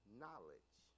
knowledge